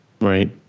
Right